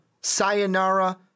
Sayonara